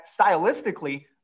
stylistically